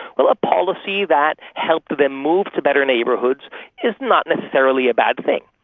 well, a policy that helps them move to better neighbourhoods is not necessarily a bad thing.